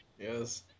Yes